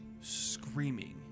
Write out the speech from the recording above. screaming